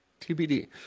TBD